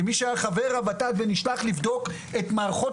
כמי שהיה חבר הות"ת ונשלח לבדוק את מערכות